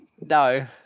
no